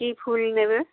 কি ফুল নেবে